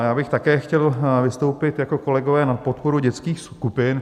Já bych také chtěl vystoupit, jako kolegové, na podporu dětských skupin.